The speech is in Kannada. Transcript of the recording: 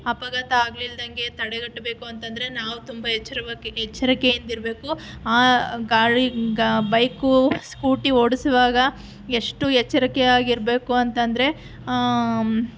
ಅಪಘಾತ ಆಗಲಿಲ್ದಂಗೆ ತಡೆಗಟ್ಟಬೇಕು ಅಂತಂದರೆ ನಾವು ತುಂಬ ಎಚ್ಚರವಾಗಿ ಎಚ್ಚರಿಕೆಯಿಂದಿರ್ಬೇಕು ಆ ಗಾಡಿ ಗಾ ಬೈಕು ಸ್ಕೂಟಿ ಓಡಿಸುವಾಗ ಎಷ್ಟು ಎಚ್ಚರಿಕೆಯಾಗಿರ್ಬೇಕು ಅಂತಂದರೆ